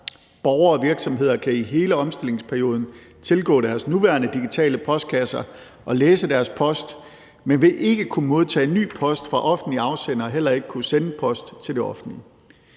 Borgere og virksomheder kan i hele omstillingsperioden tilgå deres nuværende digitale postkasser og læse deres post, men vil ikke kunne modtage ny post fra offentlige afsendere og heller ikke kunne sende post til det offentlige.